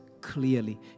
clearly